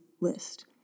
list